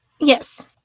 Yes